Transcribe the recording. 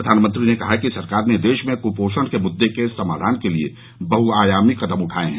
प्रधानमंत्री ने कहा कि सरकार ने देश में क्पोषण के मुद्दे के समाधान के लिए बहआयामी कदम उठाये हैं